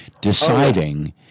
deciding